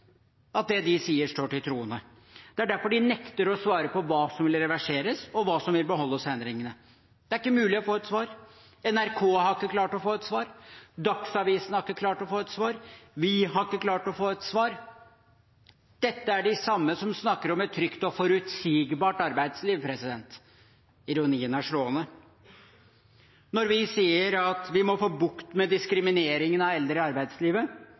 at det de sier står til troende. Det er derfor de nekter å svare på hva som vil reverseres, og hva som vil beholdes av endringene. Det er ikke mulig å få et svar – NRK har ikke klart å få et svar; Dagsavisen har ikke klart å få et svar; vi har ikke klart å få et svar. Dette er de samme som snakker om et trygt og forutsigbart arbeidsliv. Ironien er slående. Når vi sier at vi må få bukt med diskrimineringen av eldre i arbeidslivet,